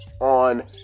on